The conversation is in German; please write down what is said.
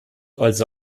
also